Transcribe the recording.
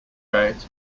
rate